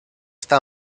esta